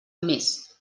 més